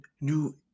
new